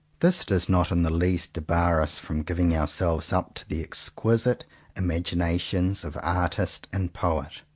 this does not in the least debar us from giving ourselves up to the exquisite imaginations of artist and poet.